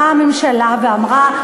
באה הממשלה ואמרה,